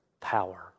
power